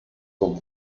con